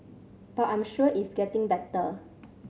but I'm sure it's getting better